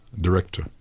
director